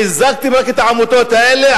רק חיזקתם את העמותות האלה,